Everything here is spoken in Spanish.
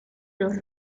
los